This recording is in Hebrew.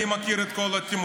אני מכיר את כל התירוצים,